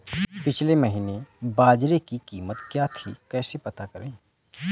पिछले महीने बाजरे की कीमत क्या थी कैसे पता करें?